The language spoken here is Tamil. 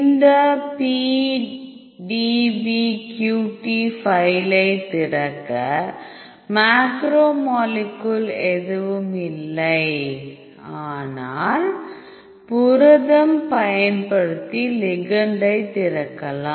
இந்த PDBQT ஃபைலை திறக்க மேக்ரோமாலிக்குல் எதுவும் இல்லை ஆனால் புரதம் பயன்படுத்தி லிகெண்டை திறக்கலாம்